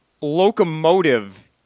locomotive